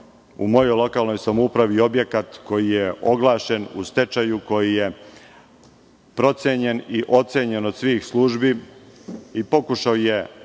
u mojoj lokalnoj samoupravi objekat koji je oglašen u stečaju, koji je procenjen i ocenjen od svih službi i pokušao je